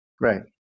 Right